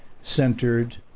centered